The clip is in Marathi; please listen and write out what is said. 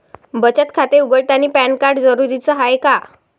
बचत खाते उघडतानी पॅन कार्ड जरुरीच हाय का?